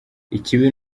ikibi